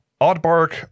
Oddbark